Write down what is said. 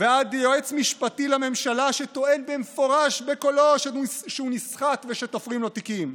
ועד יועץ משפטי לממשלה שטוען במפורש בקולו שהוא נסחט ושתופרים לו תיקים.